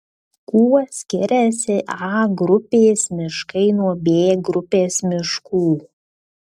kuo skiriasi a grupės miškai nuo b grupės miškų